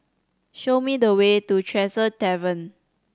show me the way to Tresor Tavern